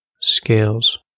scales